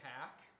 pack